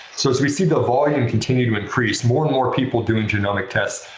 so as we see the volume continue to increase, more and more people doing genomic tests,